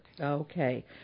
Okay